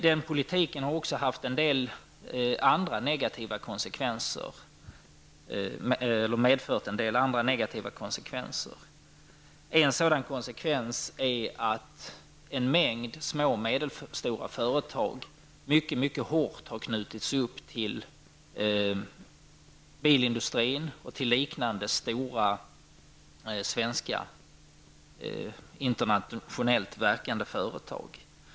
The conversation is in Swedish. Den politiken har också haft en del andra negativa konsekvenser. En sådan konsekvens är att en mängd små och medelstora företag har knutits upp mycket hårt till bilindustrin och andra stora svenska, internationellt verkande företag.